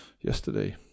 yesterday